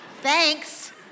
Thanks